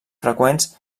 freqüents